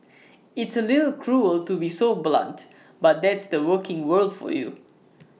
it's A little cruel to be so blunt but that's the working world for you